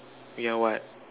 yeah what